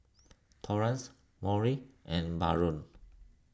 Torrance Maury and Baron